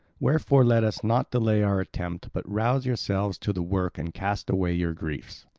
wherefore let us not delay our attempt, but rouse yourselves to the work and cast away your griefs.